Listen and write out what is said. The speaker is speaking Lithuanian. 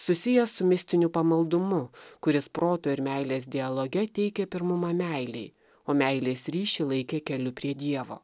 susijęs su mistiniu pamaldumu kuris proto ir meilės dialoge teikia pirmumą meilei o meilės ryšį laikė keliu prie dievo